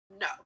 no